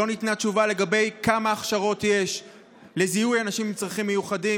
לא ניתנה תשובה לגבי כמה הכשרות יש לזיהוי אנשים עם צרכים מיוחדים?